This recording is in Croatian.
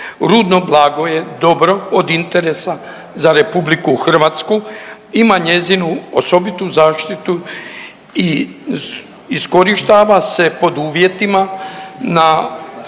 rudno blago koje je dobro od interesa za RH, te ima njezinu osobitu zaštitu i iskorištava se pod uvjetima i